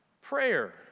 prayer